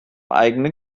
eigene